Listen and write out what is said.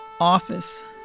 office